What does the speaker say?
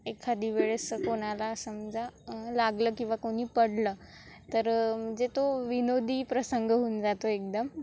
एखादी वेळेस कोणाला समजा लागलं किंवा कोणी पडलं तर म्हणजे तो विनोदी प्रसंग होऊन जातो एकदम